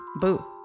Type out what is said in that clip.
Boo